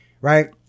right